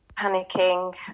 panicking